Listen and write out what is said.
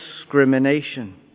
discrimination